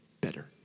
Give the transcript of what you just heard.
better